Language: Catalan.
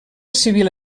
civil